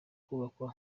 kubakwa